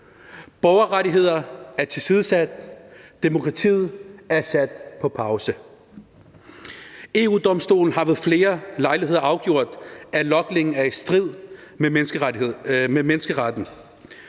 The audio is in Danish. Borgerrettigheder er tilsidesat, demokratiet er sat på pause. EU-Domstolen har ved flere lejligheder afgjort, at logningen er i strid med menneskeretten.